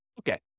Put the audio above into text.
Okay